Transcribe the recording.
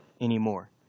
anymore